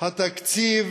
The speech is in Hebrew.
התקציב